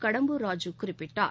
கடம்பூர் ராஜூ குறிப்பிட்டார்